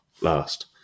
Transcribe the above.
last